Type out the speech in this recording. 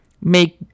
make